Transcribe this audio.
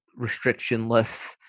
restrictionless